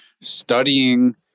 studying